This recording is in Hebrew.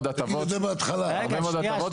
תגיד את זה בהתחלה מדובר פה בהרבה מאוד הטבות,